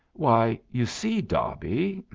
why, you see, dobby,